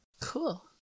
Cool